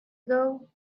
ago